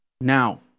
now